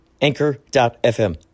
Anchor.fm